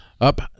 Up